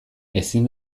ezin